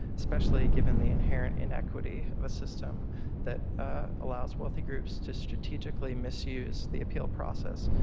especially given the inherent inequity of a system that allows wealthy groups to strategically misuse the appeal process.